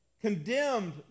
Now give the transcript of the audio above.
condemned